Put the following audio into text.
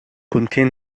contain